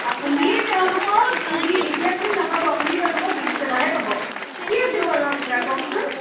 আপুনি তেওঁলোকক হেৰি এতিয়া খালি নাপাব আপুনি তেওঁলোকক পিছবেলাহে পাব কি আছিল বাৰু আপোনাৰ কওকচোন